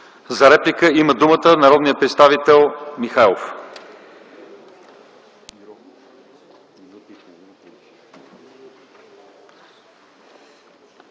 За реплика има думата народният представител Михайлов.